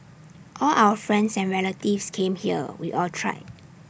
all our friends and relatives came here we all tried